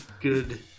good